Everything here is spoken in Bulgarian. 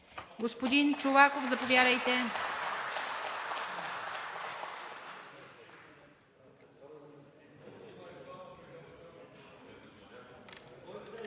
Господин Чолаков, заповядайте.